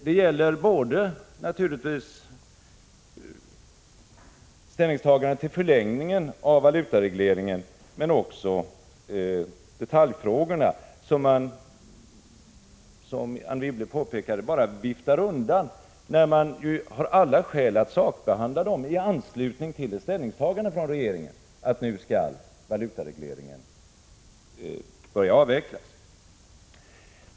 Det gäller naturligtvis både ställningstagandet till förlängningen av valutaregleringen och detaljfrågorna, som man, som Anne Wibble påpekade, bara viftar undan fastän man har alla skäl att sakbehandla dem i anslutning till ställningstagandet från regeringen att nu skall valutaregleringen börja avvecklas.